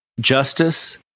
Justice